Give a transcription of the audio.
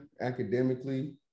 academically